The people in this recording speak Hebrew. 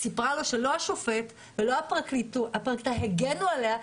היא סיפרה לו שלא השופט ולא הפרקליטות הגנו עליה.